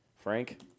Frank